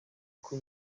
uko